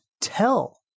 tell